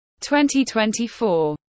2024